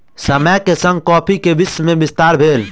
समय के संग कॉफ़ी के विश्व में विस्तार भेल